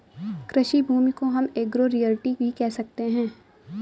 कृषि भूमि को हम एग्रो रियल्टी भी कह सकते है